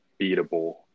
beatable